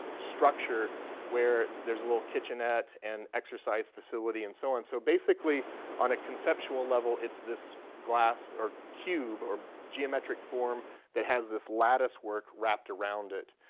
structure where there's a little kitchenette and exercise facility and so on. so basically on a conceptual level, it's this glass or cube or geometric form that has this latticework wrapped around it,